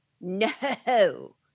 no